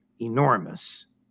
enormous